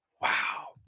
Wow